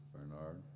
Bernard